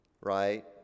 right